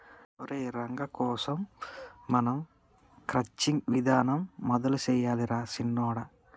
ఒరై రంగ కోసం మనం క్రచ్చింగ్ విధానం మొదలు సెయ్యాలి రా సిన్నొడా